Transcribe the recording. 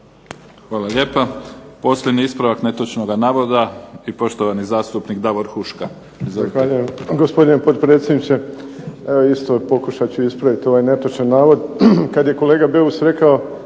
Hvala lijepa. Posljednji ispravak netočnoga navoda i poštovani zastupnik Davor Huška. Izvolite. **Huška, Davor (HDZ)** Zahvaljujem gospodine potpredsjedniče. Isto pokušat ću ispravit ovaj netočan navod. Kad je kolega Beus rekao